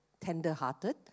tender-hearted